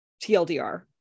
TLDR